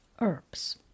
herbs